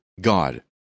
God